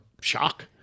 shock